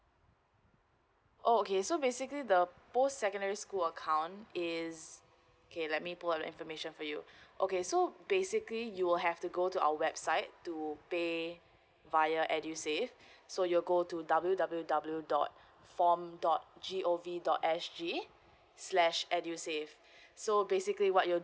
oh okay so basically the post secondary school account is okay let me pull out the information for you okay so basically you will have to go to our website to pay via edusave so you'll go to W W W dot form dot G_O_V dot S_G slash edusave so basically what you're